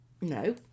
no